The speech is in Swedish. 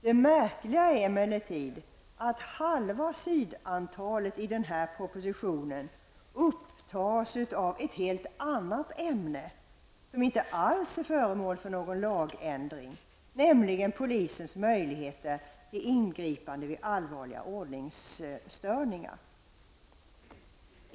Det märkliga är emellertid att hälften av i propositionen upptas av ett helt annat ämne, som inte alls är föremål för någon lagändring, nämligen polisens möjligheter till ingripande vid allvarliga ordningsstörningar.